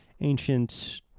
ancient